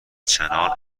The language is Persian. چنانچه